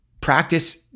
practice